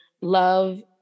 love